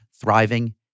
thriving